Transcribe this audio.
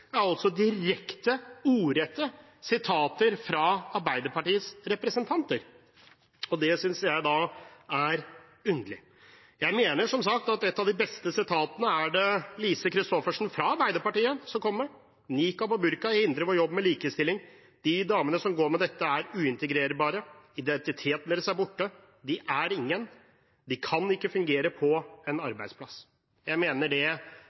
direkte sitater fra Arbeiderpartiets representanter. Det synes jeg er underlig. Jeg mener som sagt at en av de beste uttalelsene var det Lise Christoffersen fra Arbeiderpartiet som kom med: «Niqab og burka hindrer vår jobb med likestilling. De damene som går med dette, er uintegrerbare. Identiteten deres er borte. De er ingen. De kan ikke fungere på en arbeidsplass.» Jeg mener det